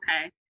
okay